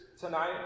tonight